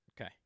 Okay